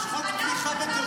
--- למה אתה לא מעיר לה?